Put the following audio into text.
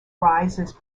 arises